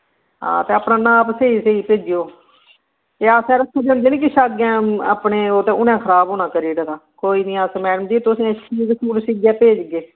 हां ते अपना नाप स्हेई स्हेई भेजेओ ते जां फिर जेह्ड़े अग्गें अपने उ'नें खराब होना करी ओड़े दा कोई निं मैड़म जी अस तुसेंगी पूरा पूरा सीइयै भेजगे